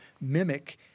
mimic